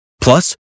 Plus